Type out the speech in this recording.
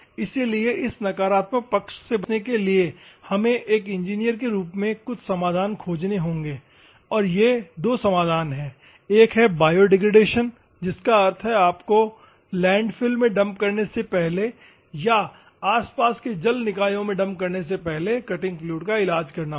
इसलिए इस नकारात्मक पक्ष से बचने के लिए हमें एक इंजीनियर के रूप में कुछ समाधान खोजने होंगे और ये समाधान दो हैं एक है बायोडिग्रेडेशन जिसका अर्थ है कि आपको लैंडफिल में डंप करने से पहले या आस पास के जल निकायों में डंप करने से पहले कटिंग फ्लुइड्स का इलाज करना होगा